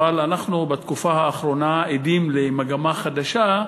אבל אנחנו בתקופה האחרונה עדים למגמה חדשה,